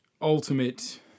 ultimate